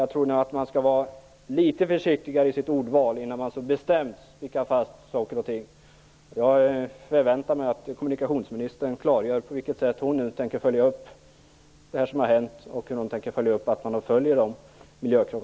Jag tror att man bör vara litet försiktigare i sitt ordval innan man så bestämt fastslår saker och ting. Jag förväntar mig att kommunikationsministern klargör på vilket sätt hon nu tänker följa upp det som har hänt och se till att man följer uppställda miljökrav.